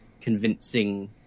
convincing